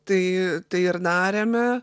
tai ir darėme